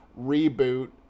reboot